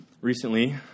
Recently